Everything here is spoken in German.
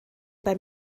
bei